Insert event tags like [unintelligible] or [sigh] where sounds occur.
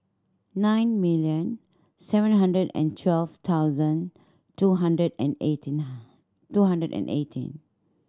nine million seven hundred and twelve thousand two hundred and eighteen [unintelligible] two hundred and eighteen